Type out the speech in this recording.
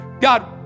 god